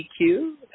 EQ